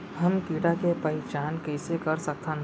हम कीड़ा के पहिचान कईसे कर सकथन